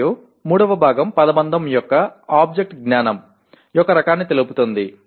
మరియు మూడవ భాగం పదబంధం యొక్క ఆబ్జెక్ట్ జ్ఞానం యొక్క రకాన్ని తెలుపుతుంది